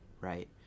right